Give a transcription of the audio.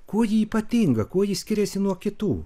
kuo ji ypatinga kuo ji skiriasi nuo kitų